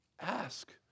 Ask